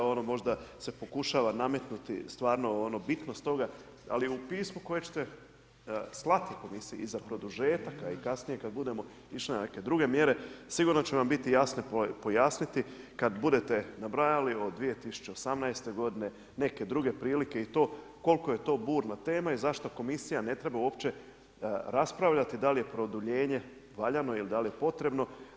Ono možda se i pokušava nametnuti, stvarno ono bitno s toga, ali u pismu u kojem ćete slati u komisiji i za produžetaka i kasnije, kad budemo išli i na neke druge mjere, sigurno će vam biti jasne pojasniti, kad budete nabrajali od 2018. g. neke druge prilike i to, koliko je to burna tema i zašto komisija ne treba uopće raspravljati, da li je produljenje valjano i da li je potrebno.